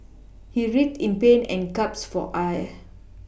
he writhed in pain and gasped for air